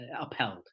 upheld